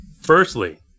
Firstly